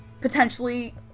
potentially